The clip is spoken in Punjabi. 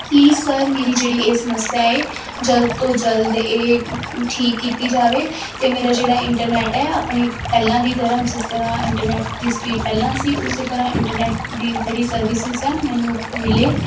ਪਲੀਸ ਸਰ ਮੇਰੀ ਜਿਹੜੀ ਇਹ ਸਮੱਸਿਆ ਏ ਜਲਦ ਤੋਂ ਜਲਦ ਇਹ ਠੀਕ ਕੀਤੀ ਜਾਵੇ ਅਤੇ ਮੇਰਾ ਜਿਹੜਾ ਇੰਟਰਨੈੱਟ ਹੈ ਆਪਣੀ ਪਹਿਲਾਂ ਦੀ ਤਰ੍ਹਾਂ ਜਿਸ ਤਰ੍ਹਾਂ ਇੰਟਰਨੈੱਟ ਦੀ ਸਪੀਡ ਪਹਿਲਾਂ ਸੀ ਉਸੀ ਤਰ੍ਹਾਂ ਇੰਟਰਨੈੱਟ ਦੀ ਜਿਹੜੀ ਸਰਵਿਸਿਸ ਹੈ ਮੈਨੂੰ ਮਿਲੇ